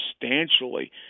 substantially